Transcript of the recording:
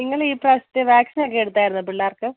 നിങ്ങൾ ഈ പ്രാവശ്യത്തെ വാക്സിനക്കെ എടുത്തായിരുന്നോ പിള്ളേർക്ക്